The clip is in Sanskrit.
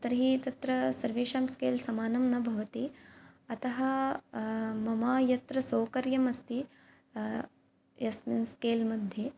तर्हि तत्र सर्वेषां स्केल् समानं न भवति अतः मम यत्र सौकर्यम् अस्ति यस्मिन् स्केल् मध्ये